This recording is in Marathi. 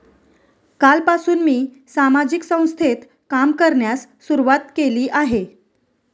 कालपासून मी सामाजिक संस्थेत काम करण्यास सुरुवात केली आहे